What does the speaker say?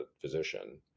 physician